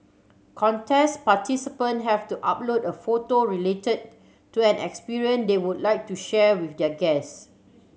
contest participant have to upload a photo related to an they would like to share with their guest